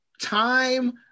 time